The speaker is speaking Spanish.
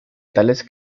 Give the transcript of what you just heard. tales